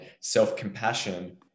self-compassion